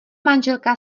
manželka